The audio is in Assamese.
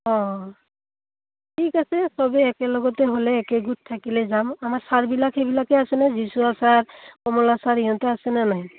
অঁ ঠিক আছে চবেই একেলগতে হ'লে একেগোট থাকিলে যাম আমাৰ ছাৰবিলাক সেইবিলাকে আছেনে ছাৰ কমলা ছাৰ সিহঁতে আছেনে নাই